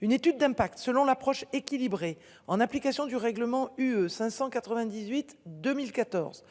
Une étude d'impact, selon l'approche équilibrée en application du règlement, UE. 598 2014.